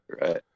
Right